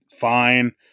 Fine